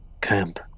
camp